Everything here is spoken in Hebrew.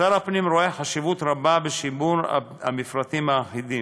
שר הפנים רואה חשיבות רבה בשימור המפרטים האחידים.